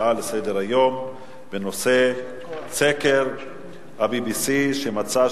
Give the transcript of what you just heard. הצעה לסדר-היום בנושא: סקר ה-BBC שלפיו